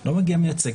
לא מגיע מייצג.